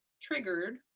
triggered